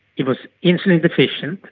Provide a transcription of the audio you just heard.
it was insulin deficient,